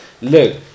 look